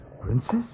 Princess